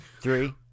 Three